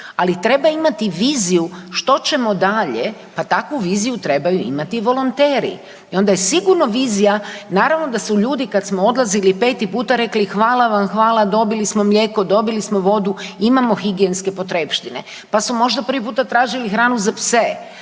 Ali treba imati viziju što ćemo dalje pa takvu viziju trebaju imati i volonteri i onda je sigurno vizija, naravno da su ljudi kad smo odlazili peti puta rekli hvala vam, hvala dobili smo mlijeko, dobili smo vodu, imamo higijenske potrepštine, pa su možda prvi puta tražili hranu za pse,